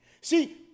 See